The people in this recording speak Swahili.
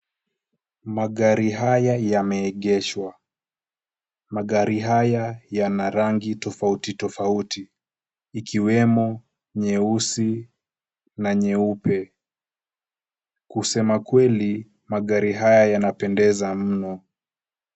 Magari haya yameegeshwa. Magari haya yana rangi tofauti tofauti ikiwemo nyeusi na nyeupe. Kusemakweli magari haya yanapendeza mno.